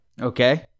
Okay